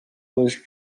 was